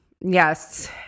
Yes